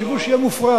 השיבוש יהיה מופרז,